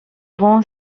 rompt